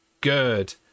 good